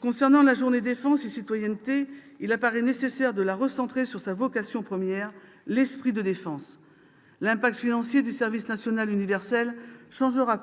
Concernant la journée défense et citoyenneté, il paraît nécessaire de la recentrer sur sa vocation première : l'esprit de défense. L'impact financier du service national universel changera